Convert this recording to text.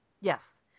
Yes